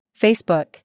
Facebook